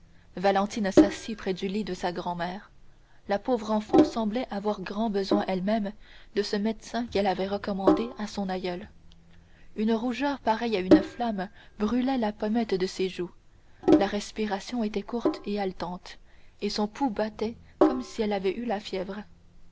valentine s'assit près du lit de sa grand-mère la pauvre enfant semblait avoir grand besoin elle-même de ce médecin qu'elle avait recommandé à son aïeule une rougeur pareille à une flamme brûlait la pommette de ses joues sa respiration était courte et haletante et son pouls battait comme si elle avait eu la fièvre